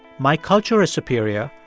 my culture is superior,